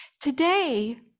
Today